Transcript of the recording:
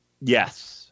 yes